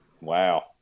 wow